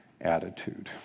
attitude